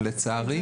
לצערי.